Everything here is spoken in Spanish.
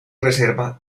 reserva